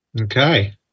Okay